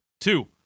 Two